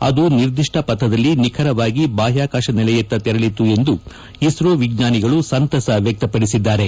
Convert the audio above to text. ಅದು ನಿರ್ದಿಷ್ಟ ಪಥದಲ್ಲಿ ನಿಖರವಾಗಿ ಬಾಹ್ಯಾಕಾಶ ನೆಲೆಯತ್ತ ತೆರಳಿತು ಎಂದು ಇಸ್ರೋ ವಿಜ್ಞಾನಿಗಳು ಸಂತಸ ವ್ಯಕ್ತಪಡಿಸಿದ್ದಾರೆ